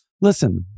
Listen